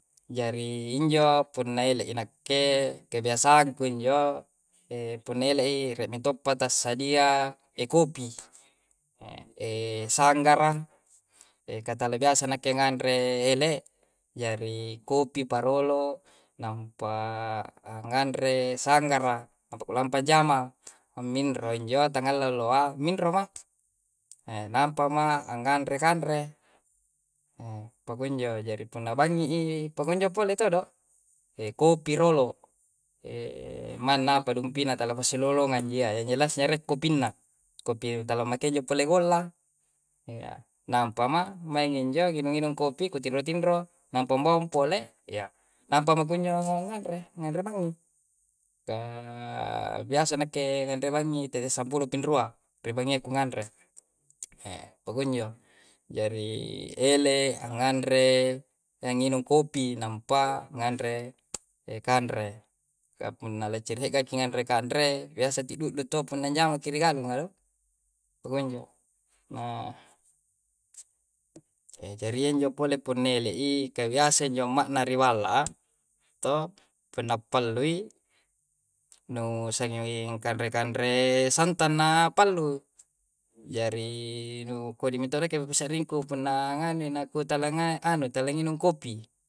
Jari injo punnaele na'ke kebiasaanku injo punnaele'i re mettopata sadia kopi, sanggara, katale biasa nake ngandre helle, jari kopi, parolo, nampa ngandre sanggara papa kulampa panjama. Mindro injo tangaleloloa mindro ma'. nampo ma' ngandre kandre. poko injo jari punna banyi'i, poko injo pole todo. kopi rollo, manna palu pinna tala fasilolo ngajia nyelas nyerak kopinna. Kopi tala makenjjo pole golla. nampa ma' mai injo ngunu-ngunu kopi, ku tindro-tindro. Nampo mbo pole ya appamo ku nyo ngandre, ngandre pa'nyi. biasa nekke ne fan'yi te sappulu kindrua, rebenia ku ngandre. Poko injo, jari elle ngandre nginum kopi nampa, ngandre kandre. Kampunna le' cerenia gai ki ngandrea kandre biasa tidu'du topo punna njamar kiri galu punagalu, poko injo. Na ceria injo pole pennele'i kagiasa injo mama'na riwalla to, penapa'luyi no saying kendre-kendre santa'na pallu. Jari nu kodi mentoroke' nu saringku punangane na kutalenga talinginu kopi.